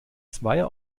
zweier